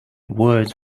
words